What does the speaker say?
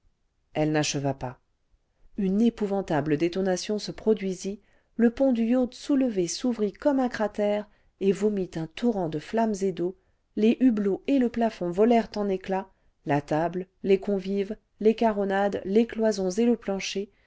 elle n'acheva pas une épouvantable détonation se produisit le pont du yacht soulevé s'ouvrit comme un cratère et vomit un torrent de flammes et d'eau les hublots et le plafond volèrent en éclats la table les convives les caronades les cloisons et le plancher